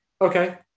Okay